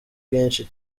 bwinshi